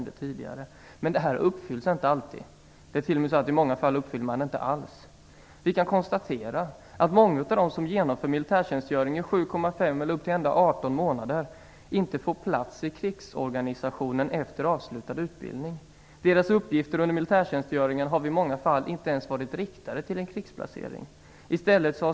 Detta uppfylls inte alltid. I vissa fall uppfylls det inte alls. Vi kan konstatera att många av dem som fullgör militärtjänstgöring i 7,5 eller ända upp till 18 månader, inte får plats i krigsorganisationen efter avslutad utbildning. Deras uppgifter under militärtjänstgöringen har i många fall inte ens varit riktade mot en krigsplacering.